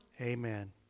Amen